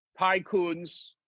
tycoons